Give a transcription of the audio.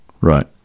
right